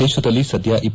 ದೇಶದಲ್ಲಿ ಸದ್ಲ